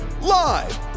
Live